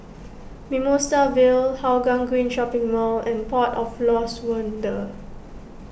Mimosa Vale Hougang Green Shopping Mall and Port of Lost Wonder